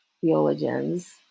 theologians